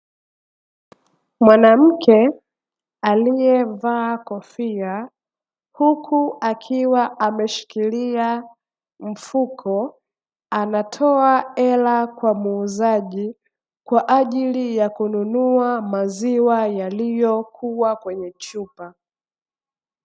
Mwanamke aliye vaa kofia huku akiwa ameshikilia mfuko, anatoa hela kwa muuzaji kwaajili ya kununua maziwa yaliyo kuwa kwenye chupa.